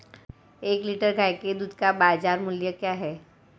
एक लीटर गाय के दूध का बाज़ार मूल्य क्या है?